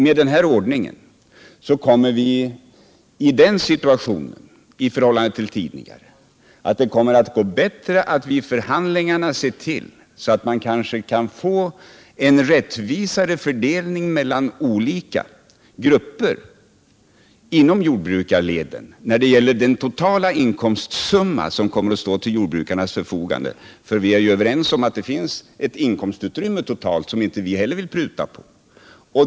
Med denna ordning får vi i förhållande till tidigare den situationen att man vid förhandlingarna lättare kan få till stånd en rättvisare fördelning mellan olika grupper inom jordbrukarleden av den totala inkomstsumma som kommer att stå till jordbrukarnas förfogande. Vi är ju överens om att det finns ett totalt inkomstutrymme, som inte heller vi vill pruta på.